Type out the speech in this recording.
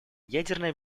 ядерная